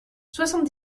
soixante